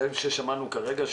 זה מה ששמענו כרגע,